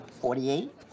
Forty-eight